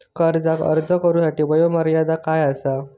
कर्जाक अर्ज करुच्यासाठी वयोमर्यादा काय आसा?